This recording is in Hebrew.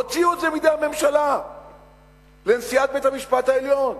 הוציאו את זה מידי הממשלה לנשיאת בית-המשפט העליון,